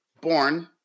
Born